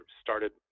started